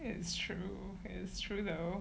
it's true it's true though